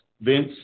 Vince